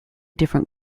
different